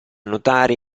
notare